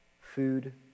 food